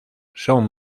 son